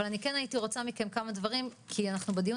אבל אני כן הייתי רוצה מכם כמה דברים כי בדיון